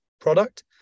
product